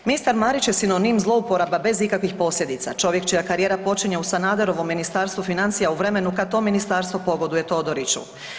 Ministar Marić je sinonim zlouporaba bez ikakvih posljedica, čovjek čija karijera počinje u Sanaderovom Ministarstvu financija u vremenu kod to ministarstvo pogoduje Todoriću.